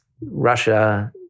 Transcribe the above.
Russia